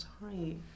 sorry